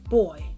boy